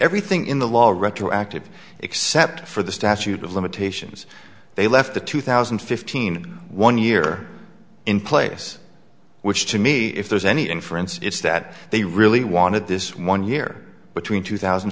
everything in the law a retroactive except for the statute of limitations they left the two thousand and fifteen one year in place which to me if there's any inference it's that they really wanted this one year between two thousand